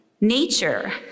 Nature